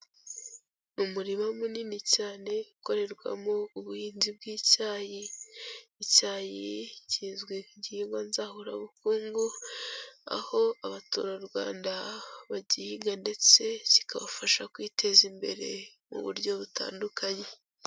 Umurima munini cyane ukorerwamo ubuhinzi bw'icyayi. Icyayi kizwi nk'igihingwa nzahurabukungu aho Abaturarwanda bagihinga ndetse kikabafasha kwiteza imbere mu buryo butandukanye.